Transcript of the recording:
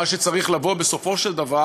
מה שצריך לבוא בסופו של דבר